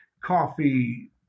coffee